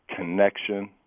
connection